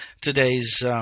today's